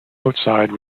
outside